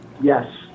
Yes